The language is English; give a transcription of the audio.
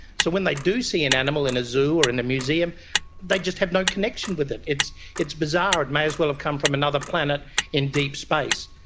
so when they do see an animal in a zoo or in a museum they just have no connection with it. it's it's bizarre, it may as well have come from another planet in deep space.